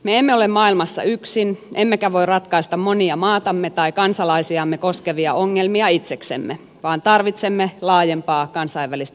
me emme ole maailmassa yksin emmekä voi ratkaista monia maatamme tai kansalaisiamme koskevia ongelmia itseksemme vaan tarvitsemme laajempaa kansainvälistä yhteistyötä